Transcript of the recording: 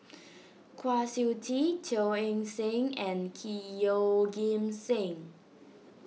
Kwa Siew Tee Teo Eng Seng and key Yeoh Ghim Seng